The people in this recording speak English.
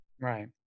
Right